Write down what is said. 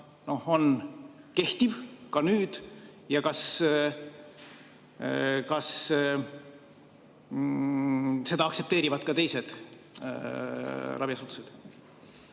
kehtib ka nüüd? Ja kas seda aktsepteerivad ka teised raviasutused?